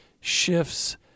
shifts